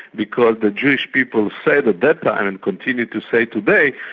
because the jewish people said at that time and continue to say today,